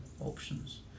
options